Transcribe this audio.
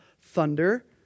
thunder